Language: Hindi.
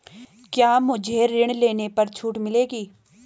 क्या मुझे ऋण लेने पर छूट मिलेगी?